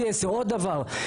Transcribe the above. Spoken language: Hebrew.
C10. עוד דבר,